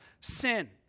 sin